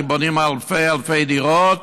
כי בונים אלפי דירות